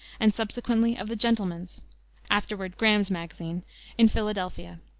and subsequently of the gentlemen's afterward graham's magazine in philadelphia.